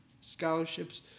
scholarships